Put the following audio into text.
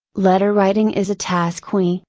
letter writing is a task we,